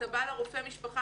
אתה בא לרופא משפחה,